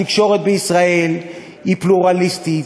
התקשורת בישראל היא פלורליסטית,